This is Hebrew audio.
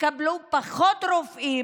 תקבלו פחות רופאים,